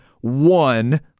one